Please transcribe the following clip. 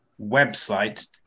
website